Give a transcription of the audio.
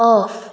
of